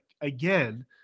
again